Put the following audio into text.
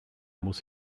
muss